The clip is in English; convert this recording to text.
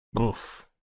Oof